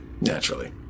Naturally